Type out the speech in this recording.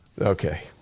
Okay